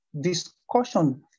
discussion